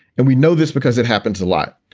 and we know this because it happens a lot.